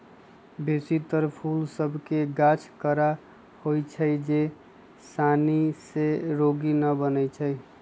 बेशी तर फूल सभ के गाछ कड़ा होइ छै जे सानी से रोगी न बनै छइ